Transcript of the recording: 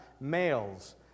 males